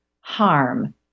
harm